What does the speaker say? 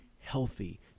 healthy